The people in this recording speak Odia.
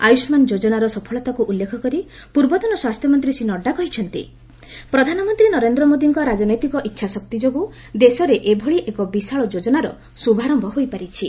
ଆୟୁଷ୍ମାନ୍ ଯୋଜନାର ସଫଳତାକୁ ଉଲ୍ଲ୍ଲେଖ କରି ପୂର୍ବତନ ସ୍ୱାସ୍ଥ୍ୟମନ୍ତ୍ରୀ ଶ୍ରୀ ନଡ୍ଡା କହିଛନ୍ତି ପ୍ରଧାନମନ୍ତ୍ରୀ ନରେନ୍ଦ୍ର ମୋଦିଙ୍କ ରାଜନୈତିକ ଇଚ୍ଛାଶକ୍ତି ଯୋଗୁଁ ଦେଶରେ ଏଭଳି ଏକ ବିଶାଳ ଯୋଜନାର ଶୁଭାରମ୍ଭ ହୋଇପାରିଛି